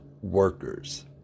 workers